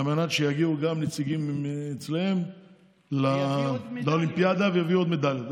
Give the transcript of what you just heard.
על מנת שיגיעו גם נציגים שלהם לאולימפיאדה ויביאו עוד מדליה.